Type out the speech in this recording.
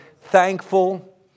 thankful